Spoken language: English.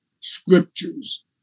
scriptures